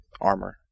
armor